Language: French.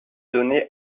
donnée